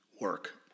work